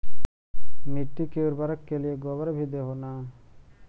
मिट्टी के उर्बरक के लिये गोबर भी दे हो न?